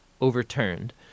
overturned